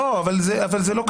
אבל זה לא קשור.